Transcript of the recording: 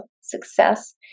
success